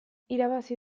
irabazi